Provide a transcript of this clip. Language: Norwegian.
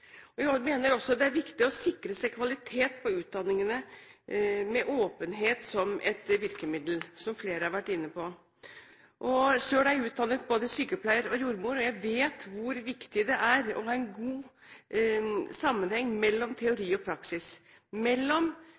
mener også det er viktig å sikre kvalitet på utdanningene med åpenhet som virkemiddel, som flere har vært inne på. Selv er jeg utdannet både sykepleier og jordmor, og jeg vet hvor viktig det er å ha god sammenheng mellom teori og praksis, mellom